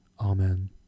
Amen